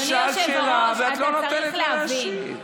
שאלת שאלה, ואת לא נותנת להשיב.